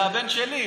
זה הבן שלי,